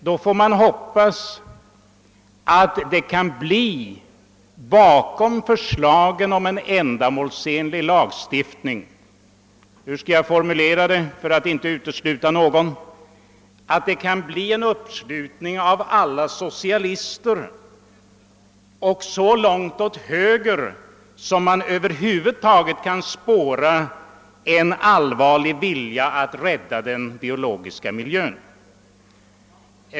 Då får vi hoppas att det bakom förslaget om en ändamålsenlig lagstiftning — hur skall jag formulera min mening utan att utesluta någon? — kan bli en uppslutning av alla socialister och dessutom av medlemmar av partier som sträcker sig så långt åt höger som man över huvud ta get kan spåra en allvarlig vilja att rädda den biologiska miljön.